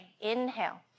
inhale